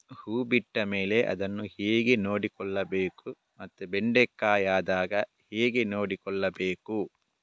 ಹೂ ಬಿಟ್ಟ ಮೇಲೆ ಅದನ್ನು ಹೇಗೆ ನೋಡಿಕೊಳ್ಳಬೇಕು ಮತ್ತೆ ಬೆಂಡೆ ಕಾಯಿ ಆದಾಗ ಹೇಗೆ ನೋಡಿಕೊಳ್ಳಬೇಕು?